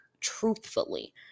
truthfully